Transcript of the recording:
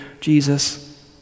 Jesus